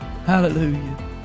Hallelujah